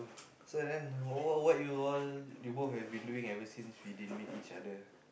so and then what what you all you both have been doing ever since you didn't meet each other